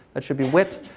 that should be wit,